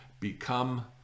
become